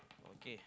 okay